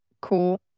cool